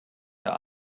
der